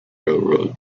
railroad